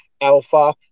alpha